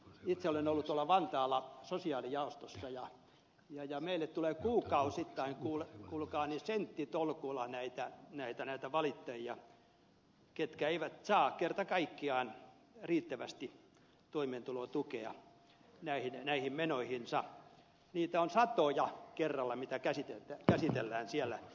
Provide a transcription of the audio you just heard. itse olen ollut tuolla vantaalla sosiaalijaostossa ja meille tulee kuukausittain kuulkaa senttitolkulla valituksia ihmisiltä jotka eivät saa kerta kaikkiaan riittävästi toimeentulotukea menoihinsa niitä on satoja kerralla mitä käsitellään siellä